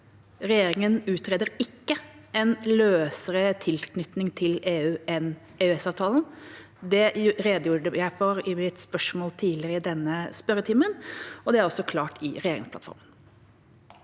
Regjeringa utreder ikke en løsere tilknytning til EU enn EØS-avtalen. Det redegjorde jeg for i et spørsmål tidligere i denne spørretimen, og det er også klart i regjeringsplattformen.